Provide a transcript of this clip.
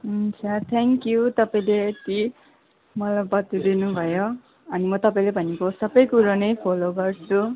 हुन्छ थ्याङ्क्यु तपाईँले यति मलाई बताइदिनु भयो अनि म तपाईँले भनेको सबै कुरो नै फलो गर्छु